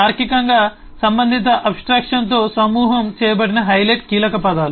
తార్కికంగా సంబంధిత అబ్ స్ట్రాక్షన్తో సమూహం చేయబడిన హైలైట్ కీలకపదాలు